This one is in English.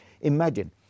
Imagine